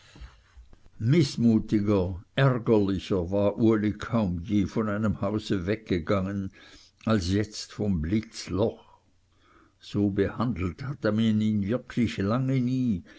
mißmutiger ärgerlicher war uli kaum je von einem hause weggegangen als jetzt vom blitzloch so behandelt hatte man ihn wirklich lange nie